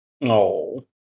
no